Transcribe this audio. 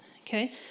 Okay